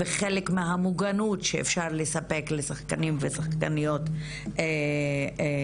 וחלק מהמוגנות שאפשר לספק לשחקנים ושחקניות במקצוע.